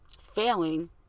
failing